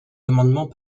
amendements